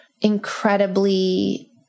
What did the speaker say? incredibly